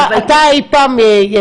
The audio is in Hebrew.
אתה אי פעם,